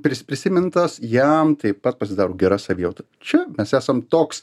pri prisimintas jam taip pat pasidaro gera savijauta čia mes esam toks